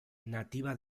nativa